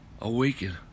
awaken